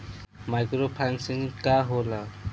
Micro financing का होला?